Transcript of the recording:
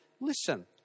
listen